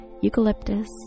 eucalyptus